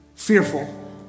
Fearful